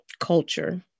Culture